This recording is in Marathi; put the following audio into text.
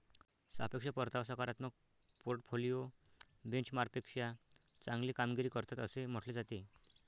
सापेक्ष परतावा सकारात्मक पोर्टफोलिओ बेंचमार्कपेक्षा चांगली कामगिरी करतात असे म्हटले जाते